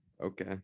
Okay